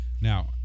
Now